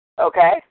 Okay